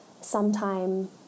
sometime